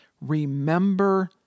Remember